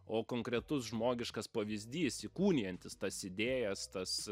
o konkretus žmogiškas pavyzdys įkūnijantis tas idėjas tas